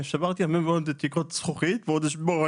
שברתי המון תקרות זכוכית ואני עוד אשבור,